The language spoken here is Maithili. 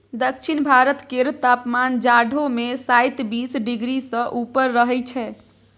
दक्षिण भारत केर तापमान जाढ़ो मे शाइत बीस डिग्री सँ ऊपर रहइ छै